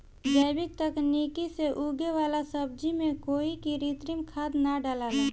जैविक तकनीक से उगे वाला सब्जी में कोई कृत्रिम खाद ना डलाला